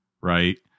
right